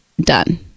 done